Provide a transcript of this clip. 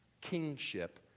kingship